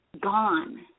Gone